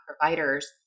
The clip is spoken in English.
providers